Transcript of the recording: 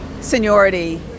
seniority